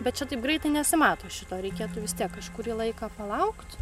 bet čia taip greitai nesimato šito reikėtų vis tiek kažkurį laiką palaukt